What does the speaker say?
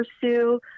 pursue